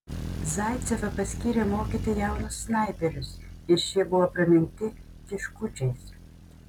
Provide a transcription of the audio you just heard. zaicevą paskyrė mokyti jaunus snaiperius ir šie buvo praminti kiškučiais